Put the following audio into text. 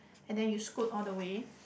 and then you scoot all the way